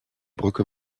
brücke